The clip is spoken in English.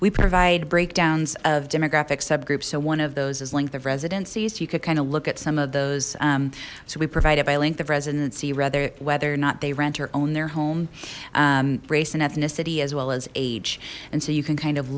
we provide breakdowns of demographic subgroups so one of those is length of residences you could kind of look at some of those so we provided by length of residency rather whether or not they rent or own their home race and ethnicity as well as age and so you can kind of